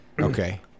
Okay